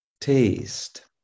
taste